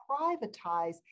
privatize